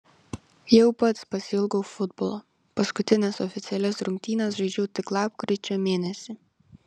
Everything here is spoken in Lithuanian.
jau pats pasiilgau futbolo paskutines oficialias rungtynes žaidžiau tik lapkričio mėnesį